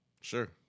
Sure